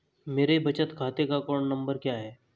मेरे बचत खाते का अकाउंट नंबर क्या है?